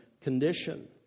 condition